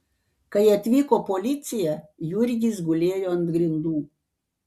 kai atvyko policija jurgis gulėjo ant grindų